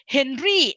Henry